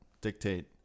dictate